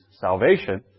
salvation